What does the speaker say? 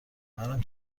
منم